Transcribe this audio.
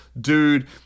dude